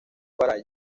para